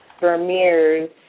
Vermeer's